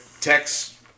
text